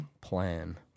Plan